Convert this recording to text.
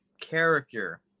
character